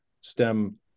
stem